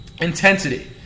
Intensity